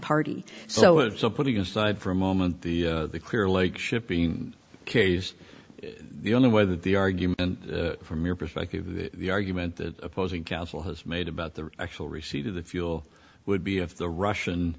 party so it's all putting aside for a moment the clearlake shipping case the only way that the argument from your perspective the argument that opposing counsel has made about the actual receipt of the fuel would be if the russian